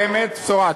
באמת בשורה.